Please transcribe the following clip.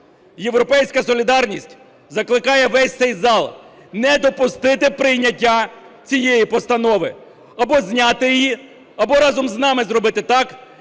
"Європейська солідарність" закликає весь цей зал не допустити прийняття цієї постанови, або зняти її, або разом з нами зробити так,